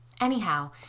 Anyhow